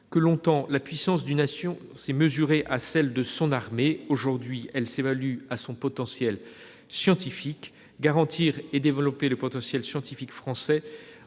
:« Longtemps, la puissance d'une nation s'est mesurée à celle de son armée. Aujourd'hui, elle s'évalue plutôt à son potentiel scientifique. » Garantir et développer le potentiel scientifique français,